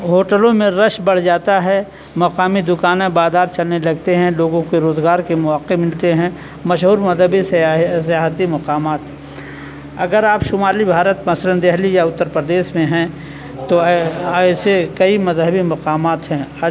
ہوٹلوں میں رش بڑھ جاتا ہے مقامی دکانیں بازار چلنے لگتے ہیں لوگوں کے روزگار کے مواقع ملتے ہیں مشہور مذہبی سیاحتی سیاحتی مقامات اگر آپ شمالی بھارت مثلا دلی یا اتر پردیش میں ہیں تو ایسے ایسے کئی مذہبی مقامات ہیں